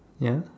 ya